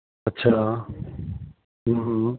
ਅੱਛਾ